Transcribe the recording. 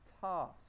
task